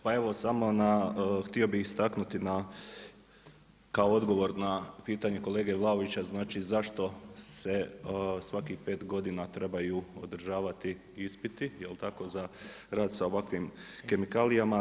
Pa evo samo htio bih istaknuti kao odgovor kao odgovor na pitanje kolege Vlaovića, znači zašto se svakih 5 godina trebaju odražavati ispiti, jel tako, za rad sa ovakvim kemikalijama?